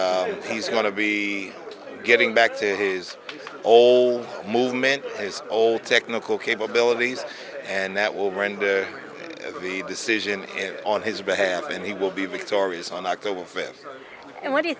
he's going to be getting back to his old movement his old technical capabilities and that will render the decision on his behalf and he will be victorious on october th and what do you